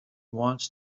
wants